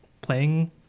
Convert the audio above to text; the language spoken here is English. playing